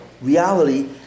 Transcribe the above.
reality